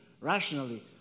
rationally